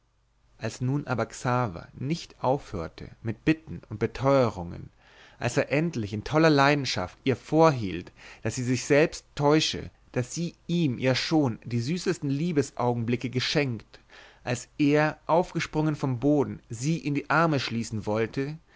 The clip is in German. als nun aber xaver nicht aufhörte mit bitten und beteurungen als er endlich in toller leidenschaft ihr vorhielt daß sie sich selbst täusche daß sie ihm ja schon die süßesten liebesaugenblicke geschenkt als er aufgesprungen vom boden sie in seine arme schließen wollte